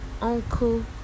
Uncle